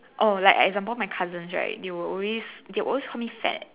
oh like example my cousins right they will always they always call me fat